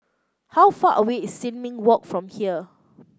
how far away is Sin Ming Walk from here